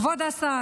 כבוד השר,